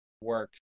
work